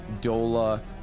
dola